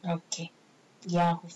okay ya